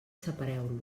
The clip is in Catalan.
separeu